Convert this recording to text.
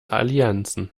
allianzen